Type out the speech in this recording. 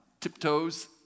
tiptoes